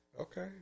Okay